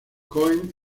cohen